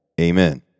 amen